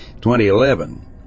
2011